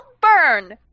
burn